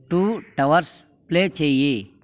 to towers play చేయి